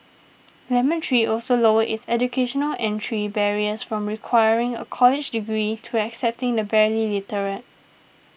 Lemon Tree also lowered its educational entry barriers from requiring a college degree to accepting the barely literate